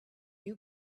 you